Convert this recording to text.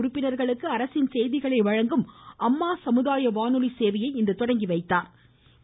உறுப்பினர்களுக்கு அரசின் செய்திகளை வழங்கும் அம்மா சமுதாய வானொலி சேவையை இன்று தொடங்கி வைத்தாா்